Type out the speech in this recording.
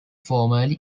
formerly